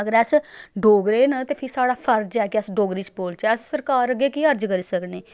अगर अस डोगरे न ते फ्ही साढ़ा फर्ज ऐ कि अस डोगरी च बोलचै अस सरकार अग्गें की अर्ज करी सकने